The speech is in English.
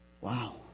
Wow